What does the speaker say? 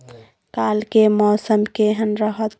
काल के मौसम केहन रहत?